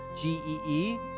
G-E-E